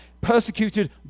Persecuted